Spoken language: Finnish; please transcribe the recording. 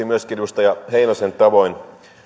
myöskin edustaja heinosen tavoin